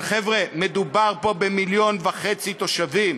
אבל מדובר פה במיליון וחצי תושבים,